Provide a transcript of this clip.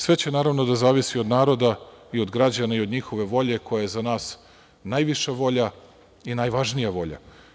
Sve će naravno da zavisi od naroda i od građana i od njihove volje koja je za nas najviša volja i najvažnija volja.